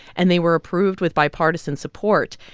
and they were approved with bipartisan support.